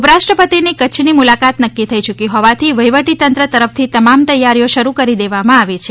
ઉપરાષ્ટ્રપતિની કચ્છની મુલાકાત નક્કી થઇ ચૂકી હોવાથી વહીવટી તંત્ર તરફથી તમામ તૈયારીઓ શરૂ કરી દેવામાં આવી છે